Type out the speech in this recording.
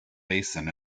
basin